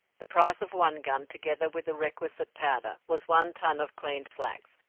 the price of one gun, together with the requisite powder, was one ton of cleaned flax,